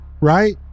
Right